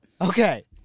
okay